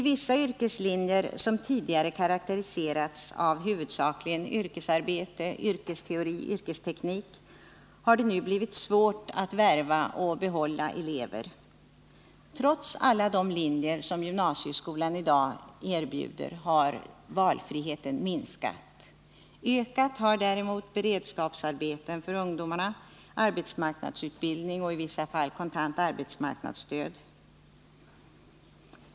Vissa yrkeslinjer, som tidigare karakteriserats av huvudsakligen yrkesarbete, yrkesteknik och yrkesteori, har det nu blivit svårt att värva elever till och att behålla elever i. Trots alla de linjer som gymnasieskolan erbjuder i dag har valfriheten minskat. Ökat har däremot beredskapsarbeten för ungdomar, arbetsmarknadsutbildning och i vissa fall kontant arbetsmarknadsstöd.